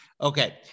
Okay